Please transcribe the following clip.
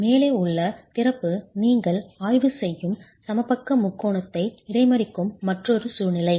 மேலே உள்ள திறப்பு நீங்கள் ஆய்வு செய்யும் சமபக்க முக்கோணத்தை இடைமறிக்கும் மற்றொரு சூழ்நிலை